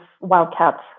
wildcats